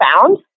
found